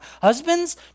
Husbands